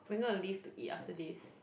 we're going to leave to eat after this